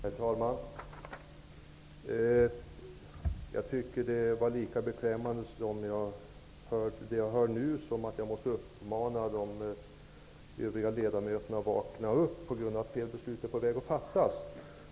Herr talman! Det jag har hört nu tycker jag är lika beklämmande som det faktum att jag var tvungen att uppmana de övriga ledamöterna att vakna upp på grund av att fel beslut är på väg att fattas.